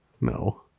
No